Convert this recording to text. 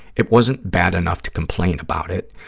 it wasn't bad enough to complain about it.